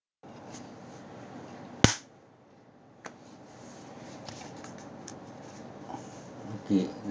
okay